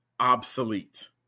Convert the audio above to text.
obsolete